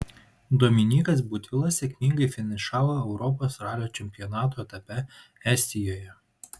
dominykas butvilas sėkmingai finišavo europos ralio čempionato etape estijoje